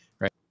right